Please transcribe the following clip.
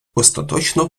остаточно